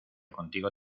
contigo